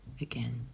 again